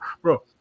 Bro